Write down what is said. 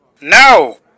No